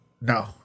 No